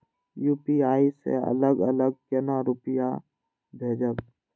UPI से अलग अलग केना रुपया भेजब